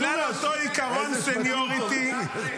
איזה שבטים טובים.